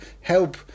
help